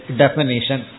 definition